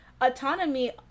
autonomy